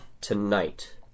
tonight